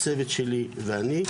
הצוות שלי ואני.